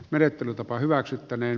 menettelytapa hyväksyttäneen